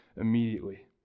immediately